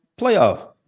playoff